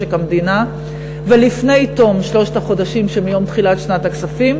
משק המדינה ולפני תום שלושת החודשים שמיום תחילת שנת הכספים,